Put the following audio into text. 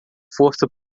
força